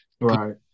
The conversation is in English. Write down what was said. right